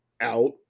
out